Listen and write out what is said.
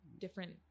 different